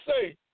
say